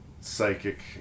psychic